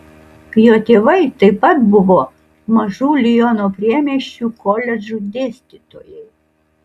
jo tėvai taip pat buvo mažų liono priemiesčių koledžų dėstytojai